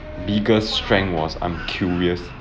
biggest strength was I'm curious